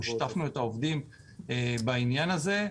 אנחנו שיתפנו את העובדים בעניין הזה.